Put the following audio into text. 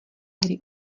hry